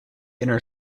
inner